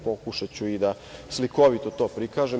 Pokušaću i da slikovito to prikažem.